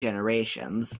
generations